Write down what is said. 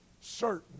certain